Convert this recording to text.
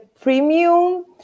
premium